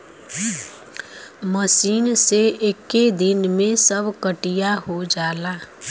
machine से एक्के दिन में सब कटिया हो जाला